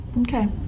Okay